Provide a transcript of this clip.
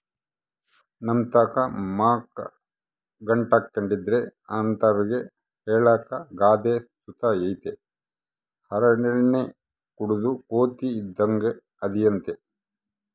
ನಮ್ತಾಕ ಮಕ ಗಂಟಾಕ್ಕೆಂಡಿದ್ರ ಅಂತರ್ಗೆ ಹೇಳಾಕ ಗಾದೆ ಸುತ ಐತೆ ಹರಳೆಣ್ಣೆ ಕುಡುದ್ ಕೋತಿ ಇದ್ದಂಗ್ ಅದಿಯಂತ